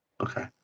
Okay